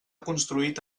construït